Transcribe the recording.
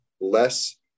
less